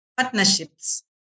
partnerships